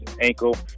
ankle